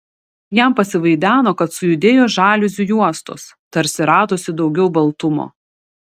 jam pasivaideno kad sujudėjo žaliuzių juostos tarsi radosi daugiau baltumo